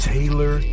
Taylor